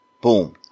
boom